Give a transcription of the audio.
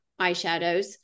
eyeshadows